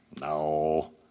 No